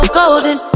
golden